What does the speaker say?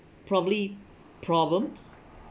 probably problems